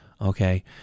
okay